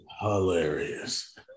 hilarious